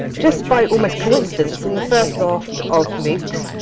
just by almost coincidence in the first raft of moocs,